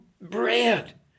bread